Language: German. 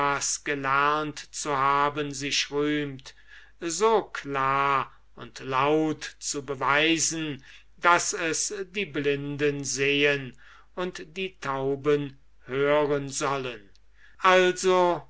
gelernt zu haben rühmt so klar und laut zu beweisen daß es die blinden sehen und die tauben hören sollen also